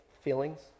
feelings